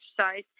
exercise